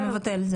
זה מבטל.